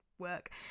work